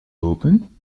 open